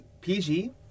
PG